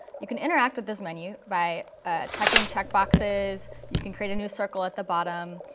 you can interact with this menu by checking checkboxes. you can create a new circle at the bottom.